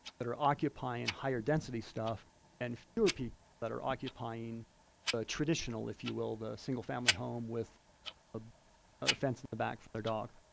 that are occupying higher density stuff and fewer people that are occupying traditional, if you will, the single family home with a ah fence in the back for their dog.